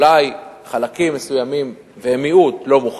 אולי חלקים מסוימים, והם מיעוט, לא מוכנים,